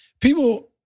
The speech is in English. People